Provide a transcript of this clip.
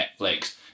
Netflix